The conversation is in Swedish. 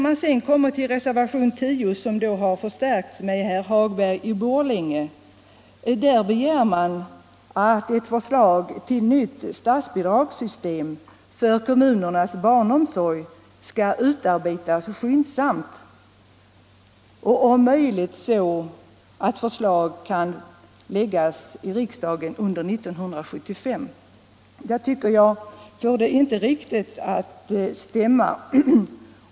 Men i reservationen 10, som har förstärkts med herr Hagberg i Borlänge, begärs att ett förslag till nytt statsbidragssystem för kommunernas barnomsorg skall ”utarbetas skyndsamt --- om möjligt så att ett förslag kan föreläggas riksdagen under 1975”. Det där får jag inte riktigt att stämma.